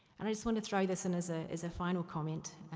and i just want to throw this in as ah as a final comment.